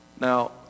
Now